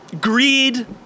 greed